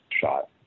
shot